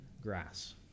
grass